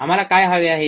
आम्हाला काय हवे आहे